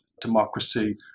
democracy